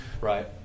Right